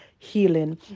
healing